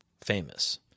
famous